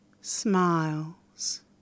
smiles